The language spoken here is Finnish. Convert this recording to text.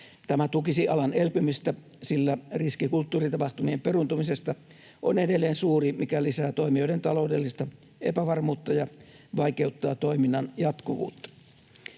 Tämä tukisi alan elpymistä, sillä riski kulttuuritapahtumien peruuntumisesta on edelleen suuri, mikä lisää toimijoiden taloudellista epävarmuutta ja vaikeuttaa toiminnan jatkuvuutta.